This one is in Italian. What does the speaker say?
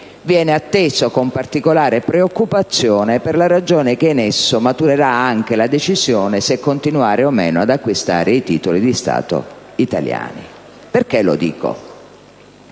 viene attesa con particolare preoccupazione per la ragione che in esso maturerà anche la decisione se continuare o meno ad acquistare i titoli di Stato italiani. Dico